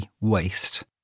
waste